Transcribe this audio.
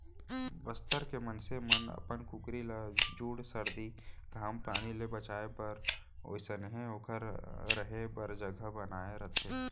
बस्तर के मनसे मन अपन कुकरी ल जूड़ सरदी, घाम पानी ले बचाए बर ओइसनहे ओकर रहें बर जघा बनाए रथें